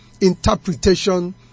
interpretation